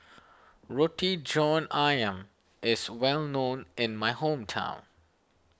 Roti John Ayam is well known in my hometown